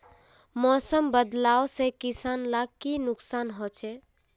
मौसम बदलाव से किसान लाक की नुकसान होचे?